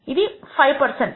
ఇది 5 శాతము